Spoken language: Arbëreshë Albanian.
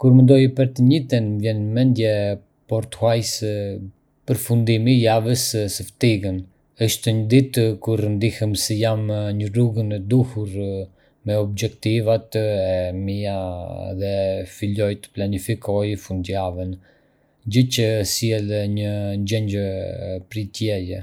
Kur mendoj për të enjten, më vjen në mendje pothuajse përfundimi i javës së ftigën. Është një ditë kur ndihem se jam në rrugën e duhur me objektivat e mia dhe filloj të planifikoj fundjavën, gjë që sjell një ndjenjë pritjeje.